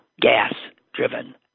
gas-driven